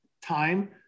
time